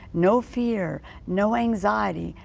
no fear, no anxiety.